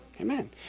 Amen